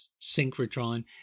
synchrotron